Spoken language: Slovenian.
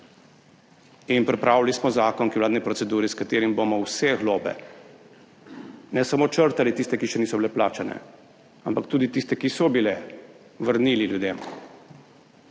In pripravili smo zakon, ki je v vladni proceduri, s katerim bomo vse globe ne samo črtali, tiste, ki še niso bile plačane, ampak tudi tiste, ki so bile, vrnili ljudem.